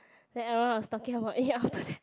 then everyone was talking about it after that